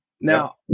Now